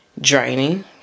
draining